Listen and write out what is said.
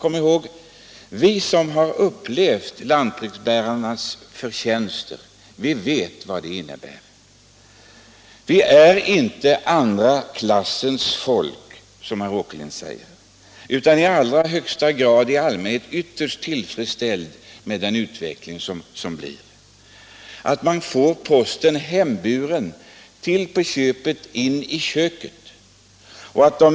Men vi som har upplevt lantbrevbäringens förtjänster vet vad den innebär. Vi är inte andra klassens folk, som herr Åkerlind säger, utan vi är i allmänhet i allra högsta grad tillfredsställda med den ordning som råder. Med lantbrevbäring får man posten hemburen ända in i köket.